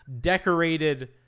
decorated